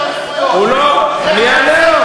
אתה סתם נואם.